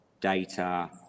data